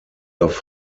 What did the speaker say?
auf